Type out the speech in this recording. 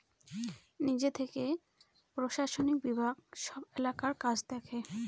নিজে থেকে প্রশাসনিক বিভাগ সব এলাকার কাজ দেখে